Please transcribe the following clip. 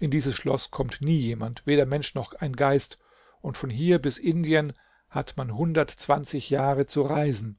in dieses schloß kommt nie jemand weder mensch noch ein geist und von hier bis indien hat man hundertundzwanzig jahre zu reisen